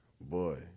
boy